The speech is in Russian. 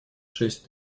шесть